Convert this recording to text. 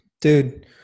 dude